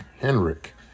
henrik